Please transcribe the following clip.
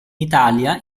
italia